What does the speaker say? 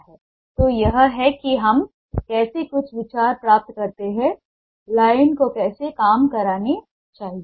तो यह है कि हम कैसे कुछ विचार प्राप्त करते हैं लाइन को कैसे काम करना चाहिए